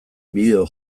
bideo